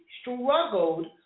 struggled